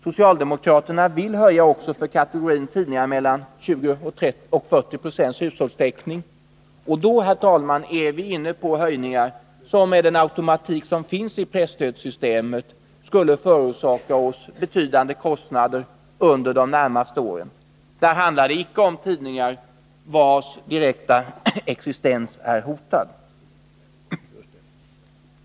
Socialdemokraterna vill höja också för kategorin tidningar med mellan 20 och 40 20 hushållstäckning, och då, herr talman, är vi inne på höjningar som med den automatik som finns i presstödssystemet skulle förorsaka oss betydande kostnader under de närmaste åren. Där handlar det icke om tidningar vilkas direkta existens är hotad.